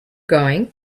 going